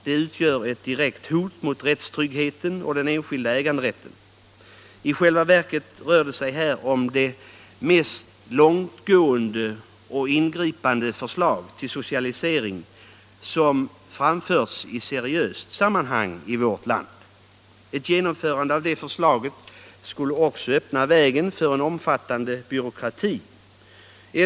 Det utgör ett direkt hot mot rättstryggheten och den enskilda äganderätten. I själva verket rör det sig här om det mest långtgående och ingripande förslag till socialisering som framförts i seriöst sammanhang i vårt land. Ett genom Allmänpolitisk debatt Allmänpolitisk debatt förande av förslaget skulle också öppna vägen för en omfattande byråkrati.